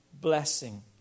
blessing